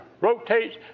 rotates